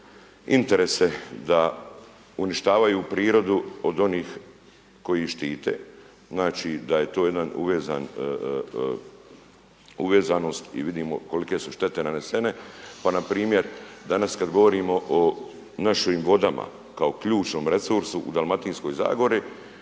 interese da uništavaju prirodu od onih koji ih štite. Znači da je to jedan uvezanost i vidimo kolike su štete nanesene. Pa npr. danas kada govorimo o našim vodama kao ključnom resursu u Dalmatinskoj zagori